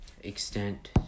extent